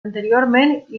anteriorment